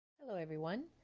hello, everyone.